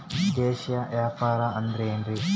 ದೇಶೇಯ ವ್ಯಾಪಾರ ಅಂದ್ರೆ ಏನ್ರಿ?